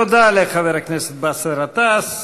תודה לחבר הכנסת באסל גטאס.